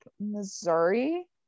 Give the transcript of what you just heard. Missouri